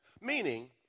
Meaning